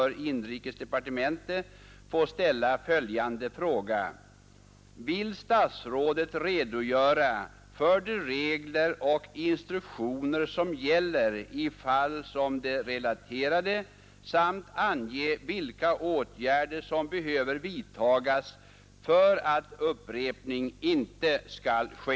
Med hänvisning till det anförda anhåller jag om kammarens tillstånd att till herr inrikesministern få ställa följande fråga: Nr 13 Vill statsrådet redogöra för de regler och instruktioner som gäller i fall Tisdagen den som det relaterade samt ange vilka åtgärder som behöver vidtagas för att 1 februari 1972 upprepning inte skall ske?